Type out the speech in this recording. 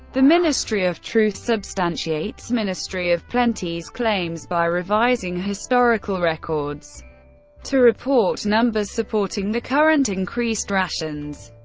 the ministry of truth substantiates ministry of plenty's claims by revising historical records to report numbers supporting the current, increased rations.